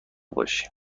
باشی